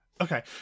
Okay